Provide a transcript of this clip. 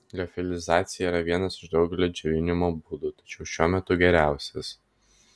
liofilizacija yra vienas iš daugelio džiovinimo būdų tačiau šiuo metu geriausias